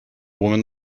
woman